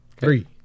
Three